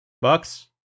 Bucks